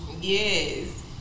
Yes